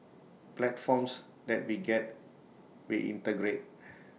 platforms that we get we integrate